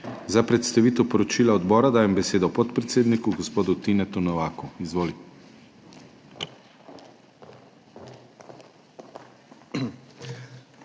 Za predstavitev poročila odbora dajem besedo podpredsedniku gospodu Tinetu Novaku. Izvoli.